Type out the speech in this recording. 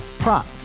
Prop